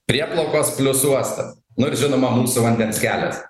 prieplaukos plius uostas nu ir žinoma mūsų vandens kelias